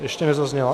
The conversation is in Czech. ještě nezazněla?